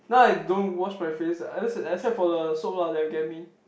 now I don't wash my face I just except for the soap lah that you gave me